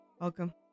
Welcome